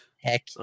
Heck